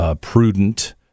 prudent